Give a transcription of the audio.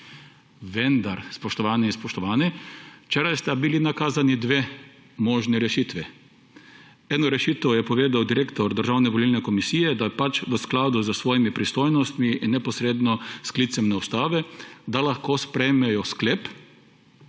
Vendar, spoštovane in spoštovani, včeraj sta bili nakazani dve možni rešitvi. Eno rešitev je povedal direktor Državne volilne komisije, da pač v skladu s svojimi pristojnostmi in neposredno s sklicevanjem na ustavo, da lahko sprejmejo sklep,